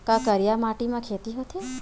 का करिया माटी म खेती होथे?